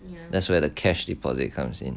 that's where the cash deposit comes in